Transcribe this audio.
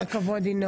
כל הכבוד ינון.